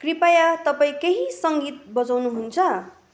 कृपया तपाईँ केही सङ्गीत बजाउनुहुन्छ